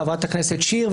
חברת הכנסת שיר,